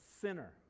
sinner